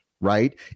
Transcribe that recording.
right